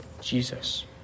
Jesus